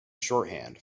shorthand